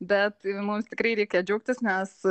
bet mums tikrai reikia džiaugtis nes